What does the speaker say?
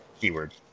Keyword